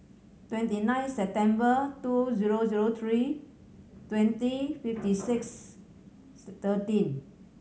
twenty nine September two zero zero three twenty fifty six thirteen